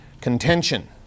contention